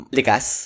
likas